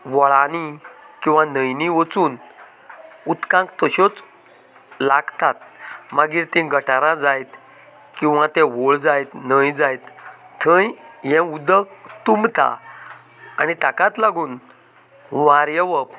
व्हळांनीं किंवां न्हंयनीं वचून उदकांत तश्योच लागतात मागीर ती गटारां जायत किंवां तें व्होळ जायत न्हंय जायत थंय हे उदक तुंबता आनी ताकाच लागून हुंवार येवप